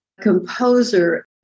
composer